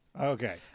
Okay